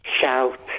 Shout